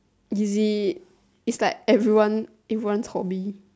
busy it's like everyone everyone's hobby